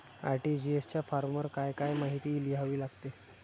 RTGS च्या फॉर्मवर काय काय माहिती लिहावी लागते?